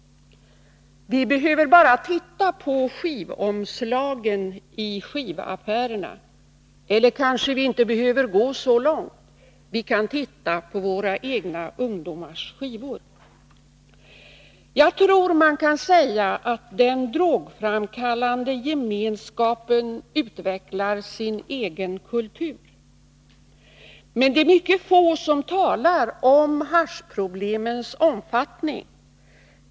Vi behöver bara titta på skivomslagen i skivaffärerna. Eller 19 maj 1982 kanske vi inte behöver gå så långt — vi kan titta på våra egna ungdomars skivor. Jag tror man kan säga att den drogframkallade gemenskapen utvecklar sin egen kultur. Mycket få talar om haschproblemens omfattning.